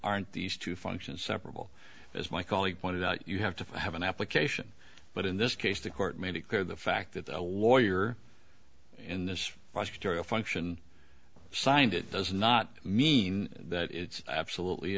aren't these two functions separable as my colleague pointed out you have to have an application but in this case the court made it clear the fact that a warrior in this area function signed it does not mean that it's absolutely